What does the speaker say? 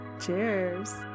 Cheers